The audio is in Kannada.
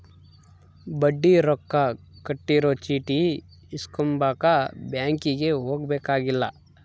ಬಡ್ಡಿ ರೊಕ್ಕ ಕಟ್ಟಿರೊ ಚೀಟಿ ಇಸ್ಕೊಂಬಕ ಬ್ಯಾಂಕಿಗೆ ಹೊಗದುಬೆಕ್ಕಿಲ್ಲ